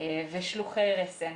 ושלוחי רסן,